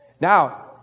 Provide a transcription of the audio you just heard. Now